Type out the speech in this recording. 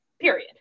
Period